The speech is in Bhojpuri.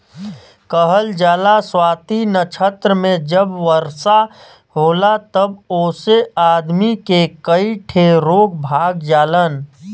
कहल जाला स्वाति नक्षत्र मे जब वर्षा होला तब ओसे आदमी के कई ठे रोग भाग जालन